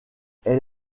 elle